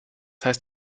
heißt